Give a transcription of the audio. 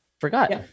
forgot